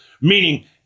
Meaning